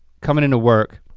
coming into work,